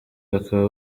bakaba